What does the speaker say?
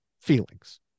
feelings